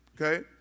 Okay